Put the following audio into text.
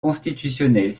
constitutionnelles